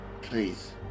please